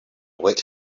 await